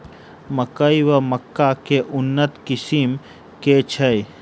मकई वा मक्का केँ उन्नत किसिम केँ छैय?